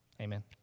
Amen